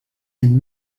and